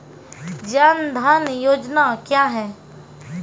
जन धन योजना क्या है?